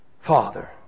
Father